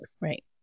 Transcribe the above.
Right